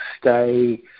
stay